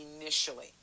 initially